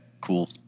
cool